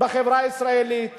בחברה הישראלית